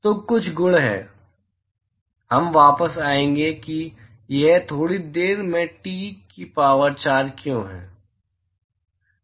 तो कुछ गुण हैं हम वापस आएंगे कि यह थोड़ी देर में टी पावर 4 क्यों है